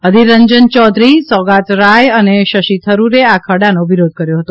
અધીર રંજન ચૌધરી સૌગતરાય અને શશી થરુરે આ ખરડાનો વિરોધ કર્યો હતો